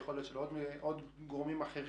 יכול להיות של גורמים אחרים,